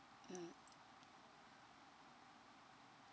mm